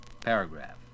Paragraph